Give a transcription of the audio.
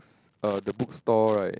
s~ uh the book store right